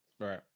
Right